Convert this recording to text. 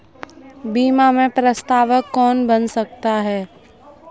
बीमा में प्रस्तावक कौन बन सकता है?